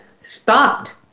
stopped